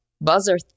buzzer